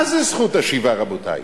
מה זה זכות השיבה, רבותי?